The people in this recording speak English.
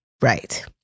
Right